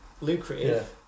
lucrative